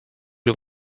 you